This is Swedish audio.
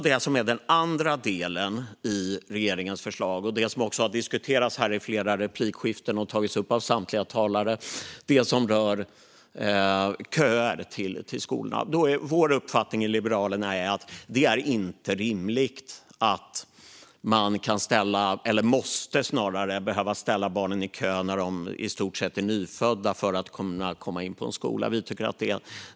Den andra delen i regeringens förslag, som också har tagits upp av samtliga talare och diskuterats i flera replikskiften, rör skolköer. Liberalernas uppfattning är att det inte är rimligt att man ska behöva ställa i stort sett nyfödda barn i kö för att de ska komma in på en skola.